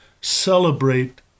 celebrate